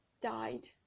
died